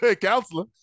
Counselor